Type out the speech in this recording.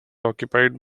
occupied